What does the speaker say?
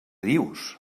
dius